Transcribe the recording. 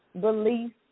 beliefs